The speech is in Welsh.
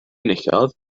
enillodd